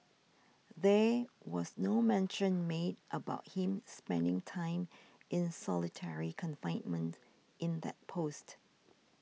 there was no mention made about him spending time in solitary confinement in that post